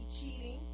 cheating